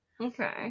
Okay